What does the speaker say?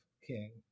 king